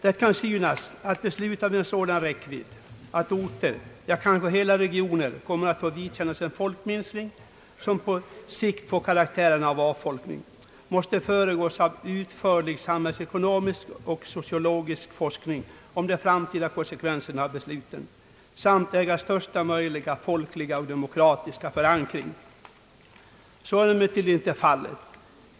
Det kan synas att beslut av en sådan räckvidd att orter, ja kanske hela regioner, kommer att få vidkännas en folkminskning som på längre sikt får karaktären av avfolkning, måste föregås av utförlig samhällsekonomisk och sociologisk forskning om de framtida konsekvenserna av besluten samt äga största möjliga folkliga och demokratiska förankring. Så är emellertid inte fallet.